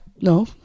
No